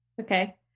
Okay